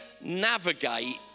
navigate